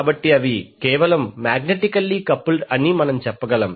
కాబట్టి అవి కేవలం మాగ్నెటికల్లీ కపుల్డ్ అని మనం చెప్పగలం